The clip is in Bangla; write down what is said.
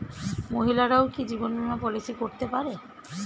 মহিলারাও কি জীবন বীমা পলিসি করতে পারে?